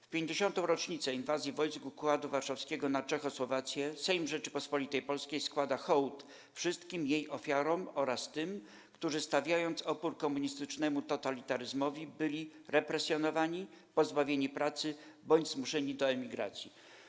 W 50. rocznicę Inwazji wojsk Układu Warszawskiego na Czechosłowację Sejm Rzeczypospolitej Polskiej składa hołd wszystkim jej ofiarom oraz tym, którzy stawiając opór komunistycznemu totalitaryzmowi byli represjonowani, pozbawieni pracy, bądź zmuszeni do emigracji.